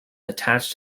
attach